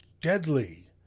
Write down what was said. deadly